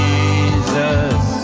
Jesus